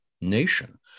nation